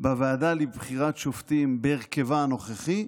בוועדה לבחירת שופטים בהרכבה הנוכחי.